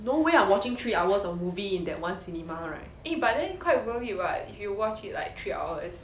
no way I'm watching three hours of movie in that one cinema right